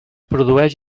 produeix